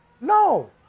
No